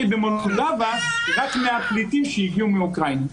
במולדובה רק מהפליטים שהגיעו מאוקראינה.